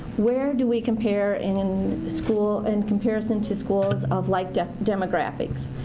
where do we compare in in school, and in comparison to schools of like demographics.